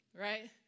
Right